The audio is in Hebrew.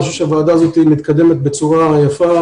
אני חושב שהוועדה מתקדמת בצורה יפה